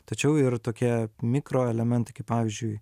tačiau ir tokie mikroelementai kaip pavyzdžiui